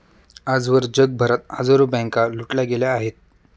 आजवर जगभरात हजारो बँका लुटल्या गेल्या आहेत